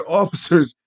officers